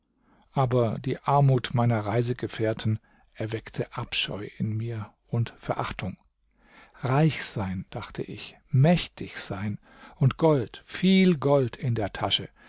aber die armut meiner reisegefährten erweckte abscheu in mir und verachtung reich sein dachte ich mächtig sein und gold viel gold in der tasche